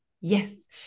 yes